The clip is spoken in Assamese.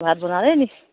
ভাত বনালেই নেকি